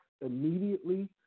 immediately